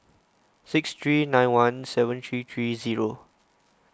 six three nine one seven three three zero